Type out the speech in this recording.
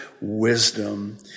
wisdom